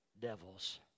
devils